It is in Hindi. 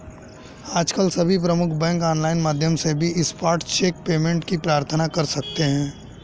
आजकल सभी प्रमुख बैंक ऑनलाइन माध्यम से भी स्पॉट चेक पेमेंट की प्रार्थना कर सकते है